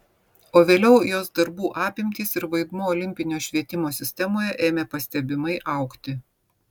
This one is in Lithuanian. o vėliau jos darbų apimtys ir vaidmuo olimpinio švietimo sistemoje ėmė pastebimai augti